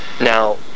Now